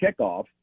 kickoff